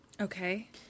Okay